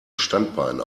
standbein